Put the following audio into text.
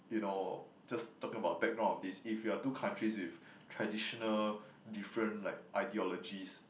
you know just talking about background of this if you're two countries with traditional different like ideologies